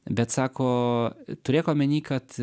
bet sako turėk omeny kad